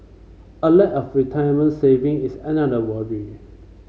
a lack of retirement saving is another worry